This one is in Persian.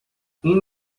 این